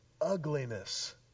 ugliness